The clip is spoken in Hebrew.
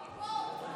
גיבור,